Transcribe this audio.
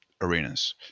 arenas